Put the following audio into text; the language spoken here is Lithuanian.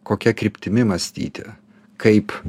kokia kryptimi mąstyti kaip